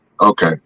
Okay